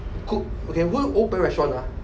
cook okay who open restaurant ah